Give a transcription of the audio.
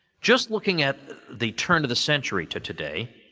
just looking at the turn of the century to today,